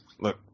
Look